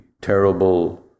terrible